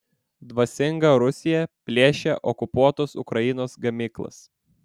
dvasinga rusija plėšia okupuotos ukrainos gamyklas